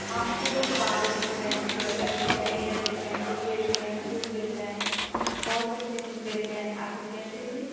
हम तो साल बेच रहें हैं स्वेटर बेच रहे हैं इनर बेच रहे हैं टोपी बेच रहे हैं सूज बेच रहे हैं बहुत सी चीज़ बेच रहे हैं आपको क्या चाहिए